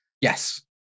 Yes